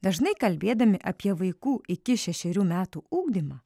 dažnai kalbėdami apie vaikų iki šešerių metų ugdymą